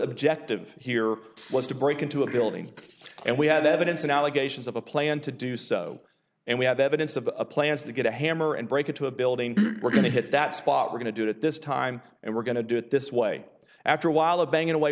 objective here was to break into a building and we had evidence and allegations of a plan to do so and we have evidence of a plan to get a hammer and break into a building we're going to hit that spot we're going to do it at this time and we're going to do it this way after a while banging away